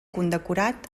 condecorat